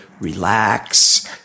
relax